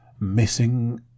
missing